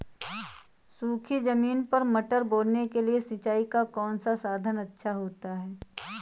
सूखी ज़मीन पर मटर बोने के लिए सिंचाई का कौन सा साधन अच्छा होता है?